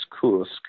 Kursk